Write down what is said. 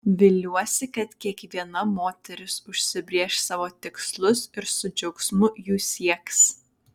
viliuosi kad kiekviena moteris užsibrėš savo tikslus ir su džiaugsmu jų sieks